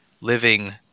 living